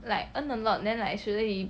like earn a lot then like actually